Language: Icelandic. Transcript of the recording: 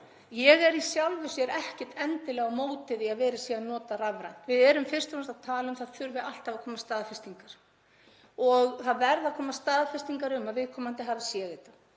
Ég er í sjálfu sér ekkert endilega á móti því að verið sé að nota rafrænt form. Við erum fyrst og fremst að tala um að það þurfi alltaf að koma staðfestingar og það verða að koma staðfestingar um að viðkomandi hafi séð þetta.